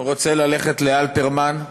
רוצה ללכת לאלתרמן,